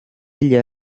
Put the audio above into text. ella